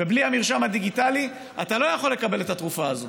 ובלי המרשם הדיגיטלי אתה לא יכול לקבל את התרופה הזאת.